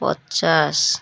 ପଚାଶ